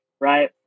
right